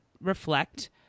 reflect